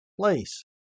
place